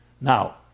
Now